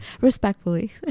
Respectfully